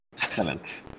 Excellent